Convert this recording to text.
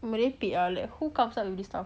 merepek ah like who comes up with this stuff